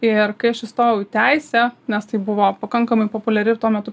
ir kai aš įstojau į teisę nes tai buvo pakankamai populiari ir tuo metu